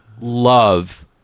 love